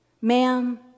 Ma'am